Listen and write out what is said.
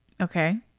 Okay